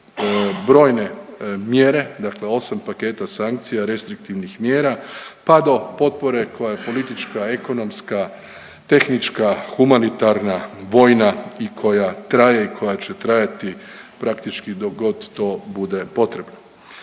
brojne mjere. Dakle, 8 paketa sankcija restriktivnih mjera, pa do potpore koja je politička, ekonomska, tehnička, humanitarna, vojna i koja traje i koja će trajati praktički dok god to bude potrebno.